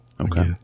Okay